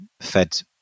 fed